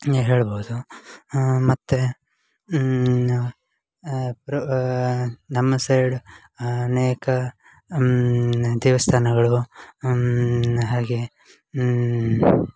ನೇ ಹೇಳ್ಬೌದು ಮತ್ತು ನ ಪ್ರ ನಮ್ಮ ಸೈಡ್ ಅನೇಕ ದೇವಸ್ಥಾನಗಳು ಹಾಗೆ ಹ್ಞೂ